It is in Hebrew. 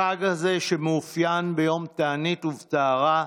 החג הזה, שמאופיין ביום תענית ובטהרה,